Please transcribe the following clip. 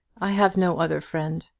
i have no other friend.